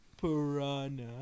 piranha